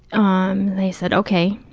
um they said, okay.